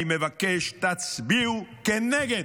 אני מבקש, תצביעו כנגד